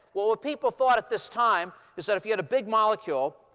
well, what people thought at this time is that if you had a big molecule,